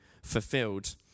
fulfilled